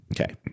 Okay